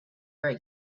very